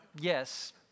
yes